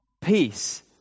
peace